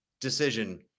decision